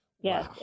Yes